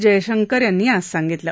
जयशंकर यांनी आज सांगितलं